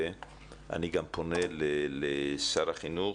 ואני גם פונה לשר החינוך,